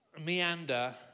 meander